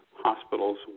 hospitals